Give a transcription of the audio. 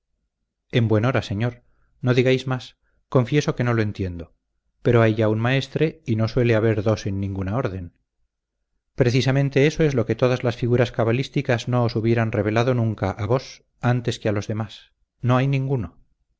en buen hora señor no digas más confieso que no lo entiendo pero hay ya un maestre y no suele haber dos en ninguna orden precisamente eso es lo que todas las figuras cabalísticas no os hubieran revelado nunca a vos antes que a los demás no hay ninguno